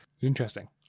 Interesting